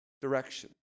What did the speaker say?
direction